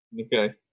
Okay